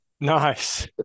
Nice